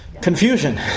confusion